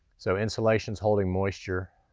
so insulation's holding moisture.